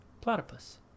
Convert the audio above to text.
platypus